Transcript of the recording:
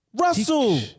Russell